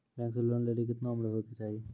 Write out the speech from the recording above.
Bank से loan लेली केतना उम्र होय केचाही?